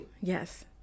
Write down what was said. Yes